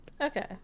okay